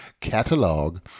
catalog